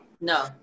No